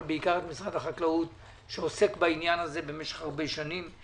אבל בעיקר את משרד החקלאות שעוסק בעניין הזה במשך שנים רבות.